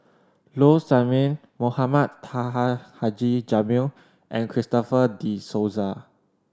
Low Sanmay Mohamed Taha Haji Jamil and Christopher De Souza